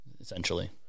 essentially